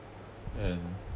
and